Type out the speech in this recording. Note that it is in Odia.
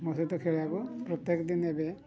ମୋ ସହିତ ଖେଳିବାକୁ ପ୍ରତ୍ୟେକ ଦିନ ଏବେ